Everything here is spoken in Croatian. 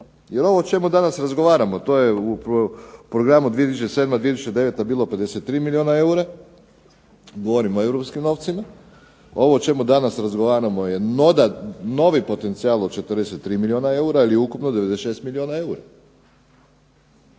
jer ovo o čemu danas razgovaramo to je u programu 2007.-2009. bilo 53 milijuna eura, govorim o europskim novcima, ovo o čemu danas razgovaramo je novi potencijal od 43 milijuna eura, ili ukupno 96 milijuna eura.